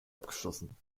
abgeschlossen